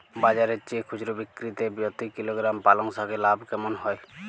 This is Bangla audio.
বাজারের চেয়ে খুচরো বিক্রিতে প্রতি কিলোগ্রাম পালং শাকে লাভ কেমন হয়?